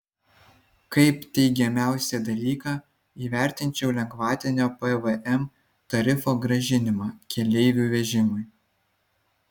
kaip teigiamiausią dalyką įvertinčiau lengvatinio pvm tarifo grąžinimą keleivių vežimui